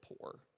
poor